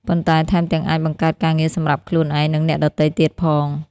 ប៉ុន្តែថែមទាំងអាចបង្កើតការងារសម្រាប់ខ្លួនឯង និងអ្នកដទៃទៀតផង។